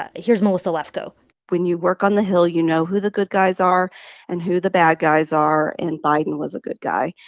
ah here's melissa lefko when you work on the hill, you know who the good guys are and who the bad guys are. and biden was a good guy,